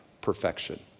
Perfection